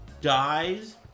dies